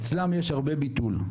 אצלם יש הרבה ביטול,